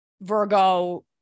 Virgo